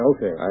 Okay